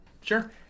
Sure